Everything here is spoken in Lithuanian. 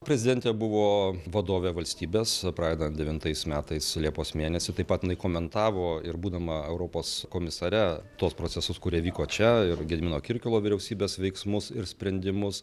prezidentė buvo vadovė valstybės pradedant devintais metais liepos mėnesį taip pat jinai komentavo ir būdama europos komisare tuos procesus kurie vyko čia ir gedimino kirkilo vyriausybės veiksmus ir sprendimus